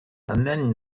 and